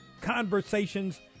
conversations